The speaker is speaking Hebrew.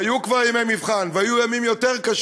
והיו כבר ימי מבחן, והיו ימים קשים